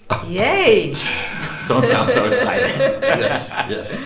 yay don't sound so excited yes